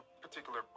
particular